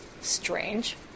strange